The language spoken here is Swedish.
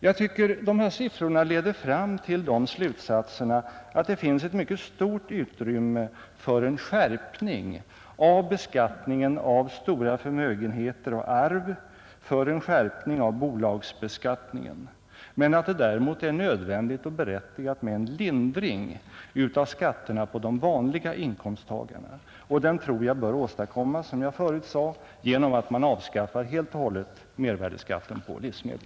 Jag tycker att dessa siffror leder fram till slutsatserna att det finns ett mycket stort utrymme för en skärpning av beskattningen av stora förmögenheter och arv samt för en skärpning av bolagsbeskattningen, men att det däremot är nödvändigt och berättigat med en lindring av skatterna för de vanliga inskomsttagarna — och den tror jag bör åstadkommas, som jag förut sade, genom att man helt och hållet avskaffar mervärdeskatten på livsmedel.